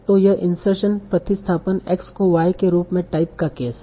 तो यह इंसर्शन प्रतिस्थापन x को y के रूप में टाइप का केस है